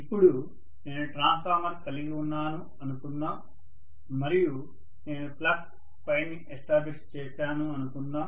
ఇప్పుడు నేను ట్రాన్స్ఫార్మర్ కలిగి ఉన్నాను అనుకుందాం మరియు నేను ఫ్లక్స్ ని ఎస్టాబ్లిష్ చేశాను అనుకుందాం